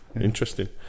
interesting